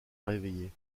réveiller